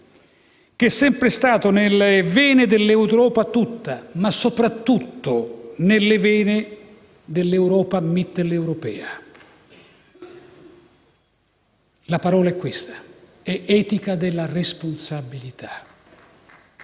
che è sempre stato nelle vene dell'Europa tutta, ma soprattutto nelle vene dell'Europa mitteleuropea. La parola è questa: etica della responsabilità.